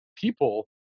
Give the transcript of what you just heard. people